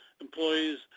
employees